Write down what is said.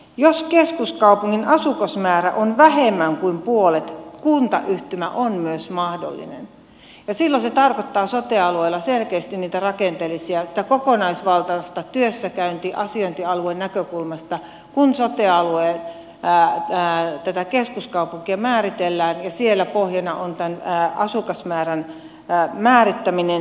jos keskuskaupungin asukasmäärä on vähemmän kuin puolet myös kuntayhtymä on mahdollinen ja silloin se tarkoittaa sote alueella selkeästi sitä kokonaisvaltaista työssäkäynti asiointialuenäkökulmaa kun tätä sote alueen keskuskaupunkia määritellään ja siellä pohjana on tämän asukasmäärän määrittäminen